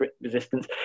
resistance